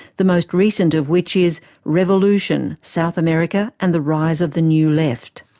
the most recent of which is revolution! south america and the rise of the new left'.